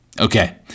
Okay